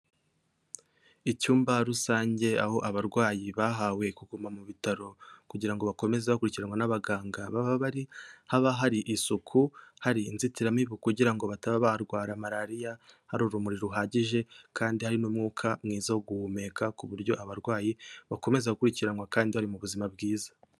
Icyumba rusange aho abarwayi bahawe kuguma mu bitaro kugira ngo bakomeze bakurikiranwa n'abaganga baba bari; haba hari isuku, hari inzitiramibu kugira ngo bataba barwara Malariya, hari urumuri ruhagije, kandi hari n'umwuka mwiza wo guhumeka; ku buryo abarwayi bakomeza gukurikiranwa kandi bari mu buzima bwiza.